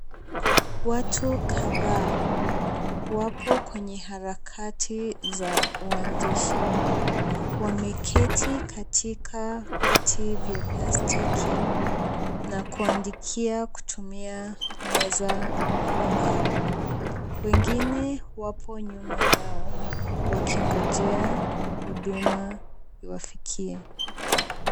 Watu kadhaa wapo kwenye harakati za uandishi. Wameketi katika viti vya plastiki na kuandikia kutumia meza wa mbao. Wengine wapo nyuma yao wakingojea huduma iwafikie.